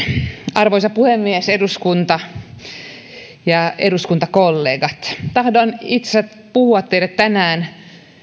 arvoisa puhemies eduskunta ja eduskuntakollegat tahdon itse puhua teille tänään